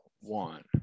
one